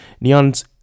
Neon's